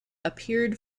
appeared